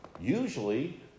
usually